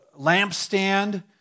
lampstand